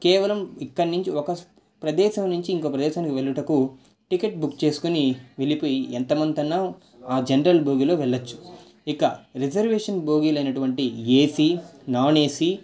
కేవలం ఇక్కడి నుంచి ఒక ప్రదేశం నుంచి ఇంకొక ప్రదేశమునకు వెళ్ళుటకు టికెట్ బుక్ చేసుకుని వెళ్ళిపోయి ఎంతమందితో ఆ జనరల్ బోగీలో వెళ్ళొచ్చు ఇక రిజర్వేషన్ బోగీలయినటువంటి ఏసీ నాన్ ఏసీ